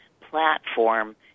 platform